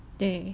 对